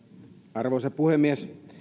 arvoisa puhemies